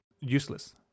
useless